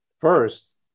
first